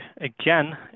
again